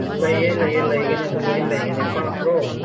ꯂꯩꯌꯦ ꯂꯩꯌꯦ ꯂꯩꯒꯅꯤ ꯑꯗꯨ ꯂꯣꯏꯅ ꯂꯩꯒꯅꯤ ꯄꯥꯝꯕ꯭ꯔꯣ